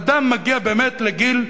אדם מגיע באמת לגיל,